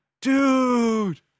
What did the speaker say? dude